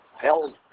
held